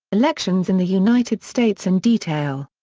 elections in the united states in detail.